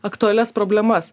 aktualias problemas